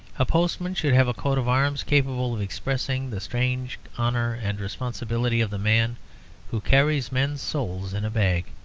a postman should have a coat-of-arms capable of expressing the strange honour and responsibility of the man who carries men's souls in a bag